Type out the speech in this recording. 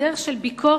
בדרך של ביקורת,